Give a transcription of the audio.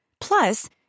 Plus